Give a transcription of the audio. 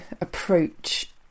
approach